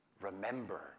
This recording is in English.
Remember